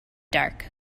dark